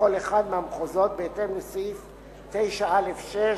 לכל אחד מהמחוזות בהתאם לסעיפים 9(א)(6)